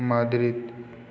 Madrid